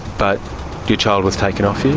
but your child was taken off